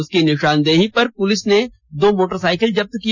उसकी निशानदेही पर पुलिस ने दो मोटरसाइकिल जब्त किया